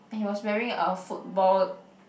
and he was wearing a football